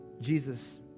Jesus